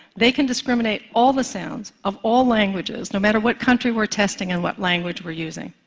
they can discriminate all the sounds of all languages no matter what country we're testing and what language we're using.